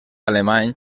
alemany